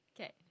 Okay